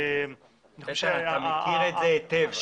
איתן, אתה מכיר את זה היטב.